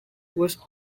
was